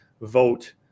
vote